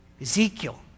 Ezekiel